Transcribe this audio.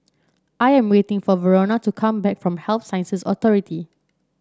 I am waiting for Verona to come back from Health Sciences Authority